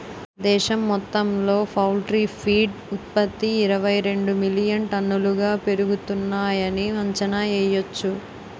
దేశం మొత్తంలో poultry feed ఉత్త్పతి ఇరవైరెండు మిలియన్ టన్నులుగా పెరుగుతున్నాయని అంచనా యెయ్యొచ్చు